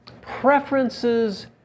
preferences